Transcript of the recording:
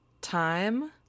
time